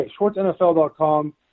Schwartznfl.com